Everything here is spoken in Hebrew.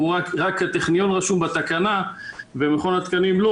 רק הטכניון רשום בתקנה ומכון התקנים לא